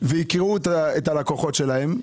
ויקרעו את הלקוחות שלהם.